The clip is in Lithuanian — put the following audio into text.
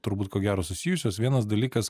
turbūt ko gero susijusios vienas dalykas